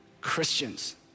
Christians